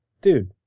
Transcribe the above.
dude